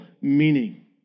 meaning